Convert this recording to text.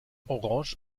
orange